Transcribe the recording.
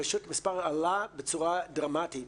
פשוט המספר עלה בצורה דרמטית,